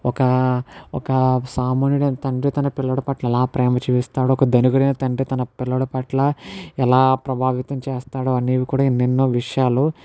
ఒక ఒక సామాన్యుడు తండ్రి తన పిల్లోడు పట్ల ఎలా ప్రేమ చూపిస్తాడు ఒక ధనికుని అయిన తండ్రి తన పిల్లోడు పట్ల ఎలా ప్రభావితం చేస్తాడు అనేవి కూడా ఎన్నెన్నో విషయాలు